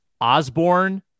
Osborne